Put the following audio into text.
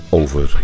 over